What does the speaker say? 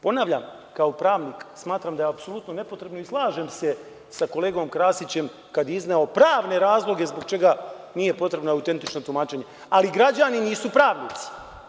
Ponavljam, kao pravnik smatram da je apsolutno nepotrebno i slažem se sa kolegom Krasićem, kada je izneo pravne razloge zbog čega nije potrebno autentično tumačenje, ali građani nisu pravnici.